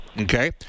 okay